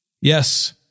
Yes